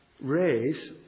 raise